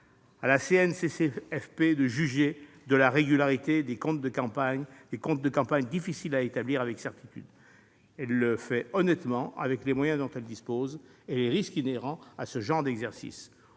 À la CNCCFP de juger de la régularité de comptes de campagne difficiles à établir avec certitude : elle le fait honnêtement, avec les moyens dont elle dispose et les risques inhérents à ce genre d'exercice.